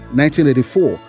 1984